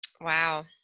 Wow